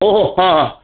ओहो हा हा